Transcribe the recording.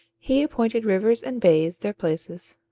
he appointed rivers and bays their places,